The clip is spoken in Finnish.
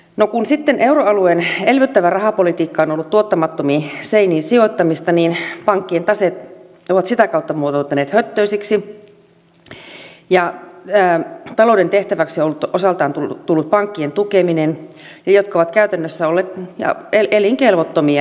no kun sitten euroalueen elvyttävä rahapolitiikka on ollut tuottamattomiin seiniin sijoittamista niin pankkien taseet ovat sitä kautta muotoutuneet höttöisiksi ja talouden tehtäväksi on osaltaan tullut tukea pankkeja jotka ovat käytännössä olleet elinkelvottomia